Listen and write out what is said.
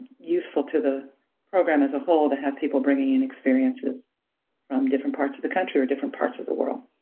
useful to the program as a whole to have people bringing in experiences from different parts of the country or different parts of the world.